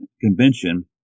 convention